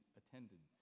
attended